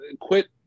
quit